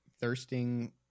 Thirsting